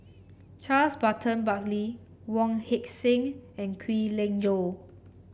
Charles Burton Buckley Wong Heck Sing and Kwek Leng Joo